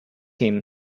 him